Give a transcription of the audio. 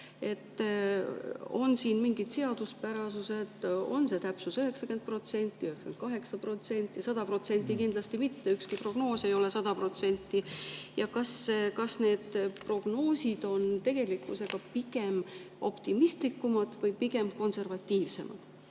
On siin mingid seaduspärasused? On see täpsus 90% või 98%? 100% kindlasti mitte, ükski prognoos ei ole 100% [täpne]. Ja kas need prognoosid on tegelikkusega [võrreldes] pigem optimistlikumad või pigem konservatiivsemad?